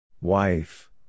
Wife